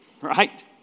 right